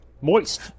Moist